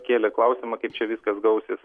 kėlė klausimą kaip čia viskas gausis